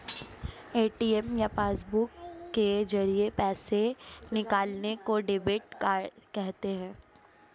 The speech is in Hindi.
ए.टी.एम या पासबुक के जरिये पैसे निकालने को डेबिट कहते हैं